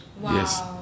yes